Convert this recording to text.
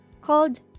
called